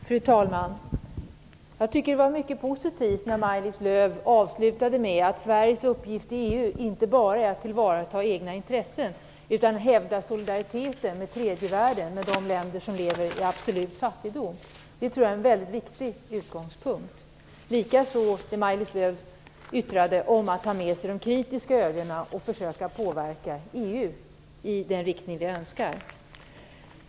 Fru talman! Jag tycker att det var mycket positivt att Maj-Lis Lööw avslutade sitt anförande med att säga att Sveriges uppgift i EU inte bara är att tillvarata de egna intressen utan betonade solidariteten med tredje världen och de länder som lever i absolut fattighet. Det tror jag är en mycket viktig utgångspunkt. Detta gäller även vad Maj-Lis Lööw sade om att delta i samarbetet med kritiska ögon och försöka påverka EU i den riktning vi önskar.